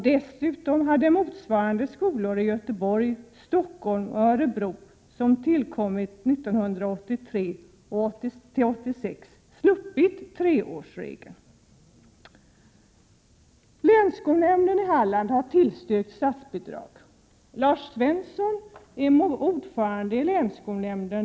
Dessutom hade motsvarande skolor i Göteborg, Stockholm och Örebro, som tillkom under tiden 1983—1986, sluppit följa treårsregeln. Länsskolnämnden i Halland har tillstyrkt statsbidrag. Lars Svensson är ordförande i denna nämnd.